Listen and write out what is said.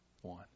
one